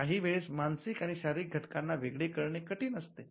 काही वेळेस मानसिक आणि शारीरिक घटकांना वेगळे करणे कठीण असते